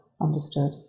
understood